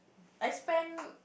I spent